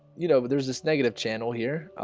you know there's this negative channel here,